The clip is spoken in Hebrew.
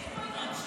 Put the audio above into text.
יש פה התרגשות.